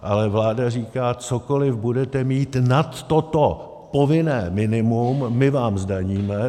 Ale vláda říká: cokoliv budete mít nad toto povinné minimum, my vám zdaníme.